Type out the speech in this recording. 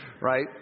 Right